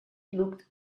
looked